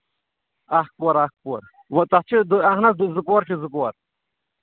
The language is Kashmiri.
اَکھ پور اَکھ پور وۄنۍ تَتھ چھِ دٕ اَہن حظ دٕ زٕ پور چھِ زٕ پور